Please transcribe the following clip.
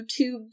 YouTube